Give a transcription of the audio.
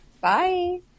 Bye